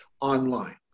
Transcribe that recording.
online